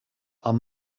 are